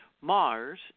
Mars